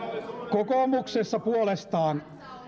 kokoomuksessa puolestaan